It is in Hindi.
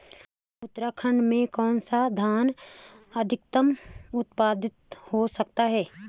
उत्तराखंड में कौन सा धान अत्याधिक उत्पादित हो सकता है?